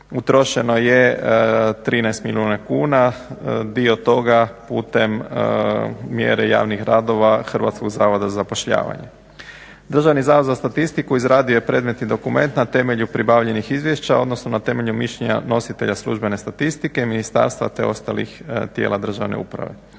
Utrošeno je 13 milijuna kuna, dio toga putem mjere javnih radova Hrvatskog zavoda za zapošljavanje. Državni zavod za statistiku izradio je predmetni dokument na temelju pribavljenih izvješća, odnosno na temelju mišljenja nositelja službene statistike ministarstva, te ostalih tijela državne uprave.